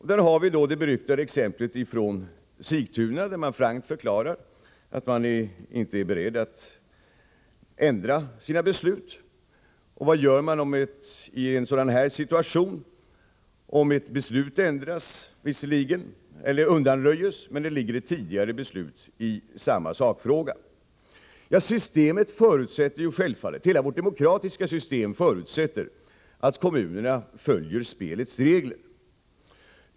Här har vi det beryktade exemplet från Sigtuna, där man frankt förklarade att man inte var beredd att ändra sina beslut. Vad gör man i en situation där ett beslut visserligen ändras eller undanröjs men det finns ett tidigare beslut i samma sakfråga? Hela vårt demokratiska system förutsätter att kommunerna följer spelets regler.